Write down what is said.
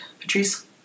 patrice